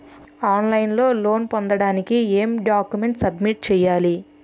On line లో loan పొందటానికి ఎం డాక్యుమెంట్స్ సబ్మిట్ చేయాలి?